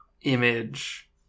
image